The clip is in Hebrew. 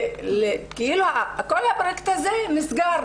כל הפרויקט הזה נסגר.